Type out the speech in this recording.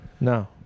No